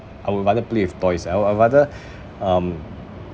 I would rather play with toys I would I would rather um